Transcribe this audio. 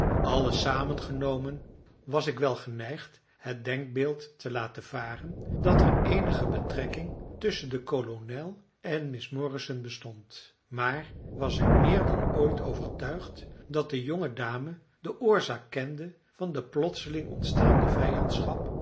alles samen genomen was ik wel geneigd het denkbeeld te laten varen dat er eenige betrekking tusschen den kolonel en miss morrison bestond maar was ik meer dan ooit overtuigd dat de jonge dame de oorzaak kende van de plotseling ontstane